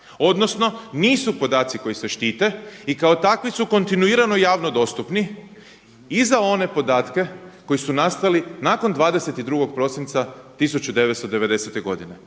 odnosno nisu podaci koji se štite i kao takvi su kontinuirano javno dostupni i za one podatke koji su nastali nakon 22. prosinca 1990. A